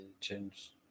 change